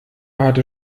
hatte